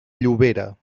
llobera